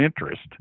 interest